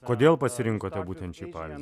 kodėl pasirinkote būtent šį pavyzdį